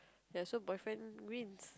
ya so boyfriend win